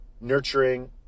nurturing